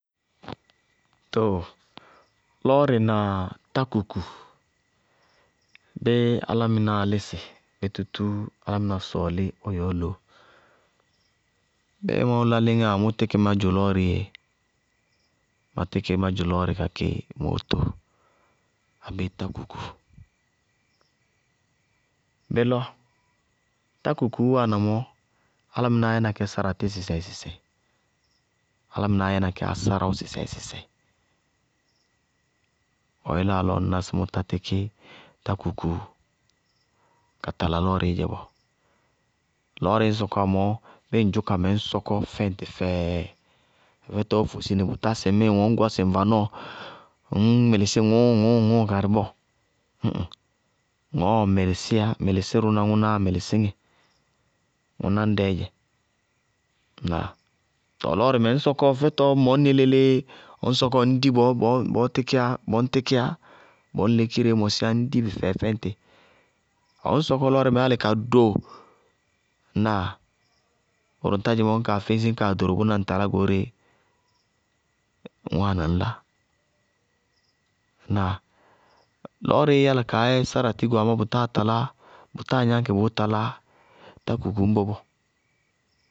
Tɔɔ lɔɔrɩ na tákuku, béé álámɩnáá lɩsɩ? Béé álámɩná sɔɔlɩ ɔ yɛɔɔ loó? Bɩɩ mʋʋ lá léŋáa mʋ tɩkɩ má dzʋ lɔɔrɩ yéé, ma tɩkɩ má dzʋ lɔɔrɩ kakɩ mootóo. Álɩ tákuku, bélɔ? Tákukuú wáana mɔɔ, álámɩnáá yɛna kɛ sáratɩ sɩsɛɩsɩsɛɩ, álámɩná yɛna kɛ ásáráwʋ sɩsɛɩsɩsɛɩ. Bʋʋ yeléa lɔ ŋ ná sɩ mʋ tá tɩkɩ tákuku ka tala lɔɔrɩɩ dzɛ bɔɔ lɔɔrɩɩ sɔkɔwá mɔɔ, bɩɩ ŋdʋ kamɛ, ŋñ sɔkɔ fɛŋtɩ fɛɛ, fɛfɛtɔɔ fosi nɩ bʋtá sɩŋmɩɩ ŋwɛ ŋñ gɔsɩ ŋ vanɔɔ ŋñ mɩlɩsɩ hɔɔɔɔɔŋ hɔɔɔɔŋ karɩ bɔɔ, ñ ŋ! Ŋɔɔɔ mɩlɩsɩná, mɩlɩsɩrʋná ŋʋnáá mɩlɩsɩ ŋɛ. Ŋʋná ñdɛɛ dz. Ŋnáa? Tɔɔ lɔɔrɩmɛ ŋñ sɔkɔ fɛfɛtɔɔ mʋñnɩ lélee ŋñ di bɔɔ ñ tɩkɩya, bɔɔ ŋ lékireé mɔsɩyá, ŋñ di nɩ fɛ ŋtɩɩ. Ŋñ sɔkɔ lɔɔrɩmɛ ka do. Ŋnáa? Bʋrʋ ŋ tá dzɩŋ bɔɔ, ñ kaa dési ka doro bʋná ŋ talá goóreé ñ wáana ŋñlá. Ŋnáa? Lɔɔrɩɩ yála. Lɔɔrɩɩ yála kaá yɛ ásáráʋ go. Amá tʋ táa talá tákuku ñbɔ bɔɔ.